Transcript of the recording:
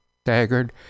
staggered